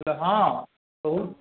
हँ कहू